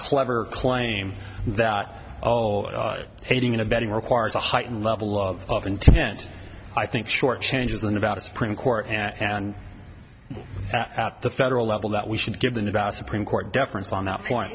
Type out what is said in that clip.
clever claim that oh aiding and abetting requires a heightened level of intent i think short changes and about a supreme court and at the federal level that we should give than about a supreme court deference on that point